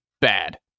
bad